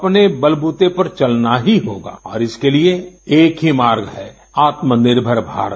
अपने बलबूते पर चलना ही होगा और इसके लिए एक ही मार्ग है आत्मनिर्भर भारत